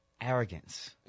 arrogance